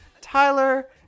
Tyler